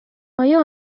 آیا